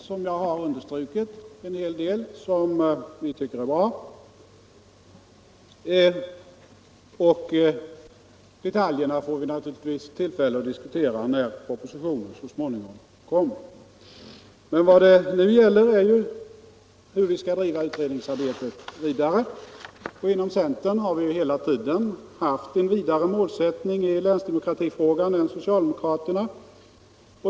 Som jag har understrukit finns det en hel del i förslaget som vi tycker är bra. Detaljerna får vi tillfälle att diskutera när propositionen så småningom läggs fram. Vad det nu gäller är hur vi skall driva utredningsarbetet vidare. Inom centern har vi hela tiden haft en vidare målsättning i länsdemokratifrågan än socialdemokraterna.